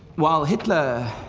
while hitler